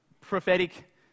prophetic